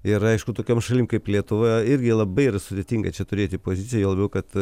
ir aišku tokiom šalim kaip lietuva irgi labai yra sudėtinga čia turėti poziciją juo labiau kad